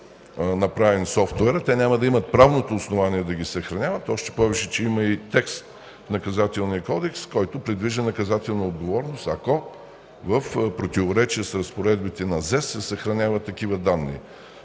направен софтуерът. Те няма да имат правното основание да ги съхраняват, още повече има текст в Наказателния кодекс, който предвижда наказателна отговорност, ако в противоречие с разпоредбите на Закона за